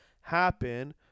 happen